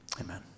amen